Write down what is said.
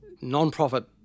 non-profit